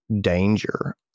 danger